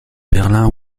berlin